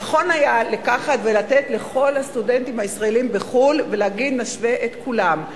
נכון היה לקחת את כל הסטודנטים הישראלים בחו"ל ולהגיד: נשווה את כולם.